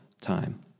time